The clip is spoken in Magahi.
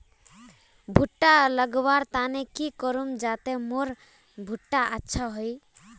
भुट्टा लगवार तने की करूम जाते मोर भुट्टा अच्छा हाई?